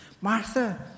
Martha